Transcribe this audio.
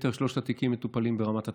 יתר שלושת התיקים מטופלים ברמת התחנה,